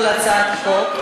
על כל הצעת חוק.